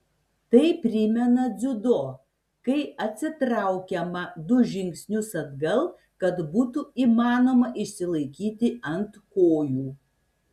tai primena dziudo kai atsitraukiama du žingsnius atgal kad būtų įmanoma išsilaikyti ant kojų